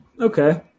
Okay